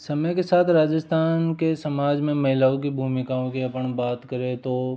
समय के साथ राजस्थान के समाज में महिलाओं की भूमिकाओं के अपन बात करें तो